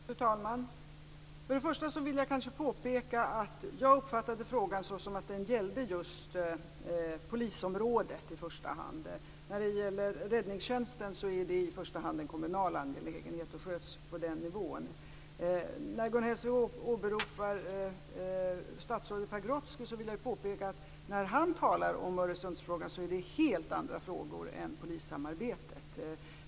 Fru talman! För det första vill jag påpeka att jag uppfattade det som att frågan gällde just polisområdet i första hand. Räddningstjänsten är i första hand en kommunal angelägenhet och sköts på den nivån. När Gun Hellsvik åberopar statsrådet Pagrotsky vill jag påpeka att när han talar om Öresundsfrågan gäller det helt andra frågor än polissamarbetet.